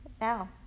now